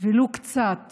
ולו קצת